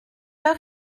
heure